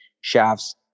shafts